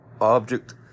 object